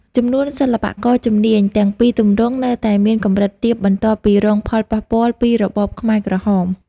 ចំនួនសិល្បករជំនាញ ទាំងពីរទម្រង់នៅតែមានកម្រិតទាបបន្ទាប់ពីរងផលប៉ះពាល់ពីរបបខ្មែរក្រហម។